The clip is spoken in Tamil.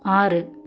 ஆறு